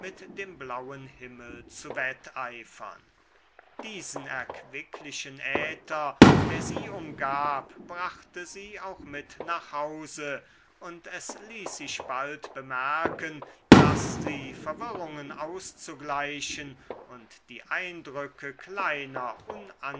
dem blauen himmel zu wetteifern diesen erquicklichen äther der sie umgab brachte sie auch mit nach hause und es ließ sich bald bemerken daß sie verwirrungen auszugleichen und die eindrücke kleiner